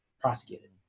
prosecuted